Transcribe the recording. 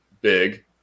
big